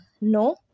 No